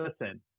listen